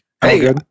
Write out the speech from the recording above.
Hey